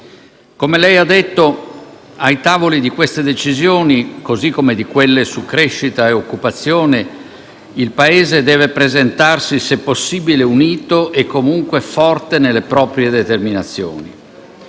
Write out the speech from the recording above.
come lei ha detto, ai tavoli di queste decisioni, così come di quelle su crescita e occupazione, il Paese deve presentarsi, se possibile, unito e comunque forte nelle proprie determinazioni.